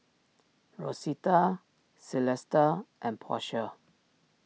Rosita Celesta and Portia